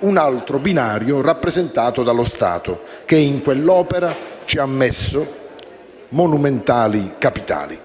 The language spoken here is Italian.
un altro è rappresentato dallo Stato, che in quell'opera ci ha messo monumentali capitali